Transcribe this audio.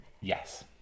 Yes